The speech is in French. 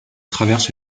traverse